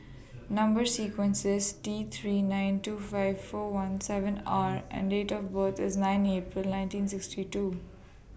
Number sequence IS T three nine two five four one seven R and Date of Bird IS nine April nineteen sixty two